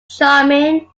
charming